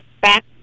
back